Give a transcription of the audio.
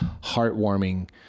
heartwarming